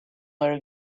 where